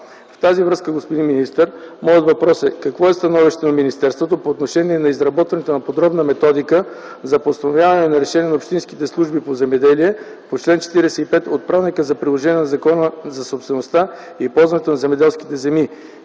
В тази връзка, господин министър, моят въпрос е: какво е становището на министерството по отношение на изработването на подробна методика за постановяване на решения на общинските служби по земеделие по чл. 45 от Правилника за приложение на Закона за собствеността и ползването на земеделските земи,